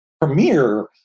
premiere